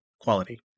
quality